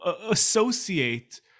associate